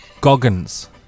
Goggins